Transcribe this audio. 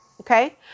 Okay